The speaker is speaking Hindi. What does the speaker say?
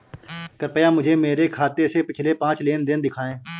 कृपया मुझे मेरे खाते से पिछले पांच लेन देन दिखाएं